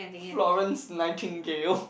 Florence Nightingale